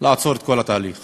לעצור את כל התהליך